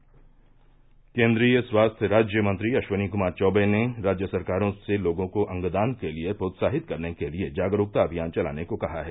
से से केन्द्रीय स्वास्थ्य राज्यमंत्री अश्विनी कुमार चौबे ने राज्य सरकारों से लोगों को अंगदान के लिए प्रोत्साहित करने के लिए जागरूकता अभियान चलाने को कहा है